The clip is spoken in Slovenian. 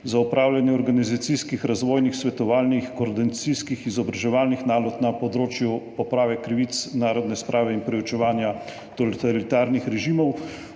za opravljanje organizacijskih, razvojnih, svetovalnih, koordinacijskih, izobraževalnih nalog na področju poprave krivic, narodne sprave in preučevanja totalitarnih režimov.